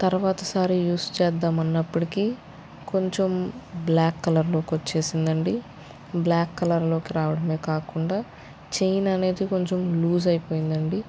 తరువాత సారి యూస్ చేద్దాం అన్నప్పటికి కొంచెం బ్లాక్ కలర్లో వచ్చేసింది అండి బ్లాక్ కలర్లో రావడం కాకుండా చైన్ అనేది కొంచెం లూజ్ అయిపోయింది అండి